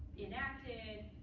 enacted,